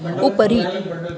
उपरि